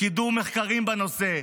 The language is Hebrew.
קידום מחקרים בנושא,